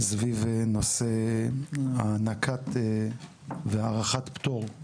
סביב נושא הענקת והארכת פטור,